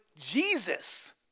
Jesus